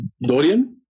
Dorian